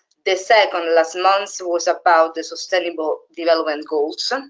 the second last month was about the sustainable development goals.